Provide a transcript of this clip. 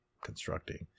constructing